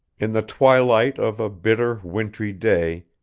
in the twilight of a bitter wintry day,